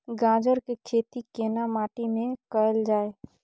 गाजर के खेती केना माटी में कैल जाए?